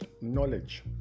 Knowledge